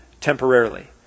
temporarily